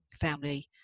family